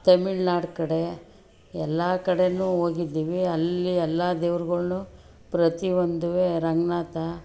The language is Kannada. ತಮಿಳ್ನಾಡು ಕಡೆ ಎಲ್ಲ ಕಡೆಯೂ ಹೋಗಿದ್ದೀವಿ ಅಲ್ಲಿ ಎಲ್ಲ ದೇವರುಗಳ್ನ ಪ್ರತಿಯೊಂದೂ ರಂಗನಾಥ